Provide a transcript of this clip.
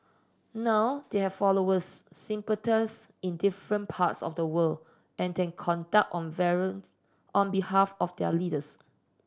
now they have followers sympathisers in different parts of the world and they conduct on on behalf of their leaders